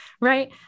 right